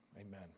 Amen